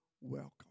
welcome